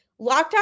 Lockdown